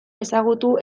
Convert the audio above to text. ezagutu